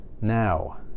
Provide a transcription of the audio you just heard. Now